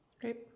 Great